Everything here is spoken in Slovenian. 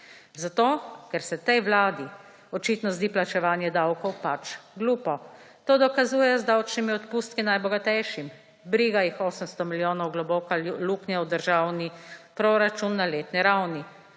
Zato, ker se tej vladi očitno zdi plačevanje davkov pač glupo. To dokazujejo z davčnimi odpustki najbogatejšim. Briga jih 800 milijonov globoka luknja v državni proračun na letni ravni.